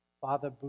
Father